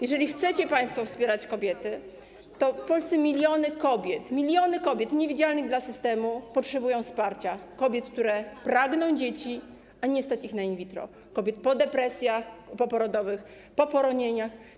Jeżeli chcecie państwo wspierać kobiety, to w Polsce miliony kobiet niewidzialnych dla systemu potrzebują wsparcia, kobiet, które pragną dzieci, a nie stać ich na in vitro, kobiet po depresjach poporodowych, po poronieniach.